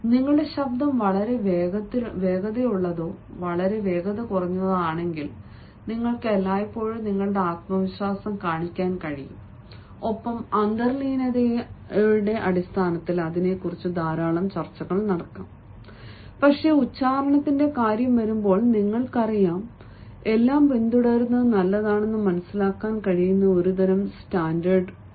നിങ്ങളുടെ ശബ്ദം വളരെ വേഗതയുള്ളതോ വളരെ വേഗത കുറഞ്ഞതോ ആണെങ്കിലും നിങ്ങൾക്ക് എല്ലായ്പ്പോഴും നിങ്ങളുടെ ആത്മവിശ്വാസം കാണിക്കാൻ കഴിയും ഒപ്പം അന്തർലീനത്തിന്റെ അടിസ്ഥാനത്തിൽ അതിനെക്കുറിച്ച് ധാരാളം ചർച്ചകൾ നടക്കാം പക്ഷേ ഉച്ചാരണത്തിന്റെ കാര്യം വരുമ്പോൾ നിങ്ങൾക്കറിയാം എല്ലാം പിന്തുടരുന്നത് നല്ലതാണ് മനസിലാക്കാൻ കഴിയുന്ന ഒരു തരം സ്റ്റാൻഡേർഡ് ഒന്ന്